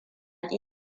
ki